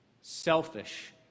selfish